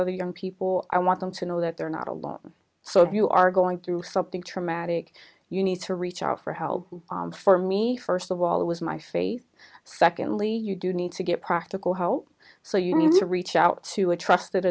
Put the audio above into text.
other young people i want them to know that they're not alone so if you are going through something traumatic you need to reach out for help for me first of all it was my faith secondly you do need to get practical help so you need to reach out to a trust